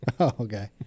okay